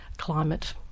climate